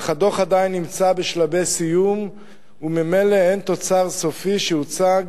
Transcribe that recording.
אך הדוח עדיין נמצא בשלבי סיום וממילא אין תוצר סופי שהוצג,